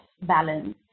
balance